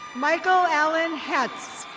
michael allen hetz.